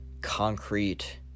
concrete